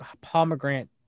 Pomegranate